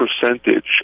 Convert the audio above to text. percentage